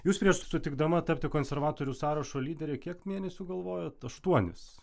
jūs prieš sutikdama tapti konservatorių sąrašo lydere kiek mėnesių galvojot aštuonis